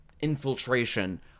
infiltration